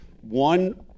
one